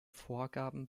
vorgaben